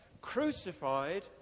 Crucified